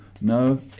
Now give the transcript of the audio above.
no